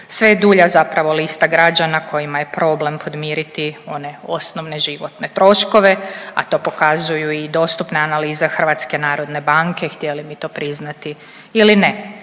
sve je dulja zapravo lista građana kojima je problem podmiriti one osnovne životne troškove, a to pokazuju i dostupne analize Hrvatske narodne banke htjeli mi to priznati ili ne.